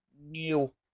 new